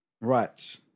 Right